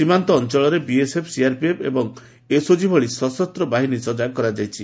ସୀମାନ୍ତ ଅଞ୍ଞଳରେ BSF CRPF ଏବଂ ଏସ୍ଓଳି ଭଳି ସଶସ୍ତ ବାହିନୀ ସଜାଗ କରାଯାଇଛି